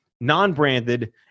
non-branded